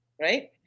Right